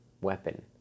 weapon